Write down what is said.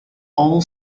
all